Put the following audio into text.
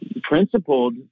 principled